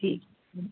ਠੀਕ